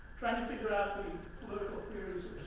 trying to figure out the political